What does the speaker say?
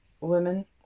women